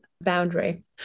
boundary